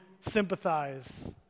sympathize